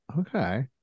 Okay